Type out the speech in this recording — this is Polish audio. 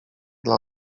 dla